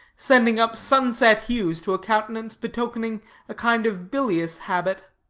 sending up sunset hues to a countenance betokening a kind of bilious habit.